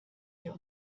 wir